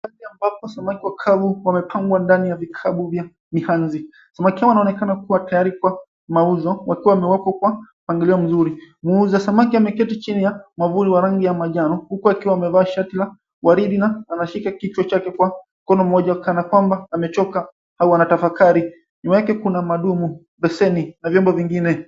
Mahali amabapo samaki wakavu wamepangwa ndani ya vikapu vya mihanzi. Samaki hawa wanaonekana kua tayari kwa mauzo wakiwa wamewekwa kwa mpangilio mzuri. Muuza samaki ameketi china ya mwavuli wa rangi ya manjano huku akiwa amevaa shati la waridi na anashika kichwa chake kwa mkono mmoja kana kwamba amechoka au anatafakari. Nyuma yake kuna madumu, beseni na vyombo vingine.